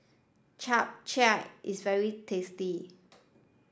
Chap Chai is very tasty